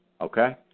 Okay